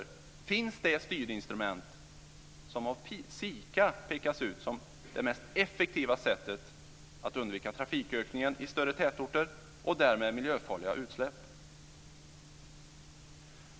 I och med detta får man det styrinstrument som av SIKA pekas ut som det mest effektiva sättet att undvika trafikökningen i större tätorter och därmed miljöfarliga utsläpp.